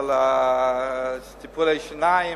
על טיפולי השיניים,